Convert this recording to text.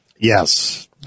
Yes